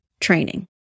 training